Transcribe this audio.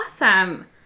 Awesome